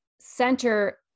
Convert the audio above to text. center